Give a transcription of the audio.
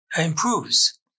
improves